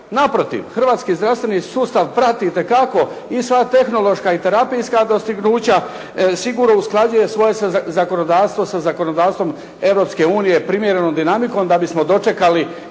Naprotiv hrvatski zdravstveni sustav prati itekako i sva tehnološka i terapijska dostignuća, sigurno usklađuje svoje zakonodavstvo sa zakonodavstvom Europske unije primjerenom dinamikom da bismo dočekali